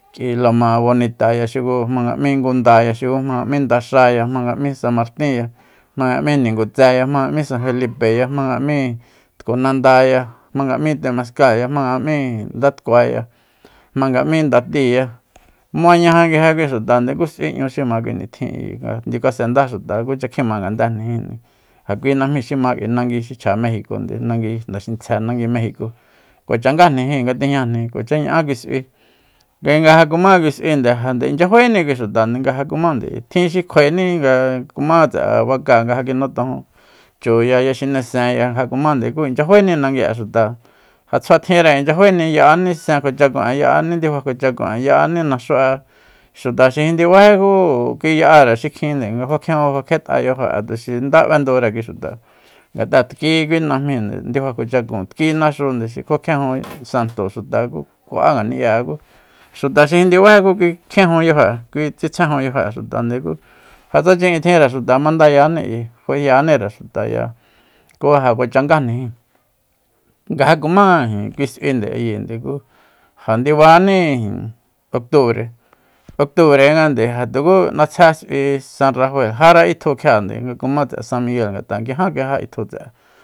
Kui lomabonitaya xuku jmanga m'í ngundaya xuku jmanga m'í ndaxaya jmanga m'í sa martinya jmanga m'í nigutseya jmanga m'í sa felipeya jmanga m'í tku nandaya jmanga temaskáaya jmanga m'í ndatkuaya jmanga m'í ndatiya mañaja nguije kui xutande ku s'ui nñu xi ma kui nitjin nga ndiukasendá xuta kucha kjima ngandéjnijin ja kui najmi xi ma k'ui nangui xi chja mejiconde nagui naxintsje nangui mejico kuacha ngajnijin nga tijñani kuacha ña'á kui sui kui nga ja kuma kui s'uinde ja nde inchya faéni kui xuta nga ja kumande tjin xi kjuaeni nga ja kuma tse'e bak'aa nga ja kinutojun chuya ya xinesenya jakumande ja nde inchya faéni nangui'e xuta ja tsjuatjinre inchya faeni yaní sen'e kjuachakun'e ya'ani ndifa kjuachakun'e ya'ani naxu'e xuta xi jindibájí ku kui ya'are xikjinde nga fa kjejun fa kjet'a yajo'e tuxi nda b'endure kui xuta ngat'a dki kui najminde ndifa kjuachakúun dki naxunde xi kjuakjejun santo xuta ku kua'á ngani'ya'e ku xuta xi jindibají ku kui kjiejun yajo'e kui tsitsjejun yajo'e xutande ja tsa chi'in tjinre xuta mandayani ayi fayaníre xutaya ku ja kuacha ngajnijin nga kumá kui s'uinde ayinde ja ndibani otubre otubrengande ja tuku natsjé s'ui sa rafae jara itju kjiande nga kuma tse'e san miguel ngata nguijan kui ja itju tse'e